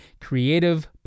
creative